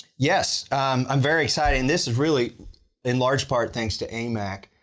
yes i'm very excited, and this is really in large part thanks to amac.